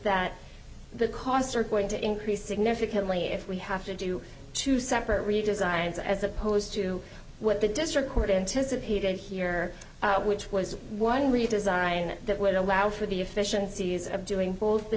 that the costs are going to increase significantly if we have to do two separate redesigns as opposed to what the district court anticipated here which was one redesign that would allow for the efficiencies of doing